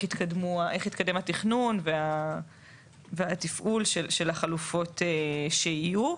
יתקדם התכנון והתפעול של החלופות שיהיו.